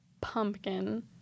pumpkin